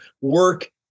work